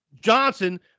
Johnson